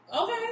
Okay